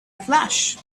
flash